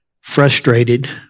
frustrated